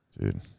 dude